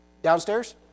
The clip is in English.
Downstairs